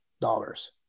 dollars